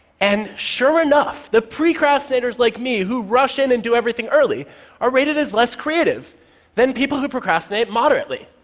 and sure enough, the precrastinators like me, who rush in and do everything early are rated as less creative than people who procrastinate moderately.